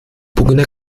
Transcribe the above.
bugüne